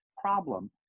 problem